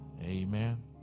Amen